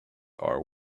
are